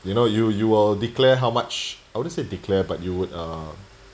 you know you you'll declare how much I wouldn't say declare but you would uh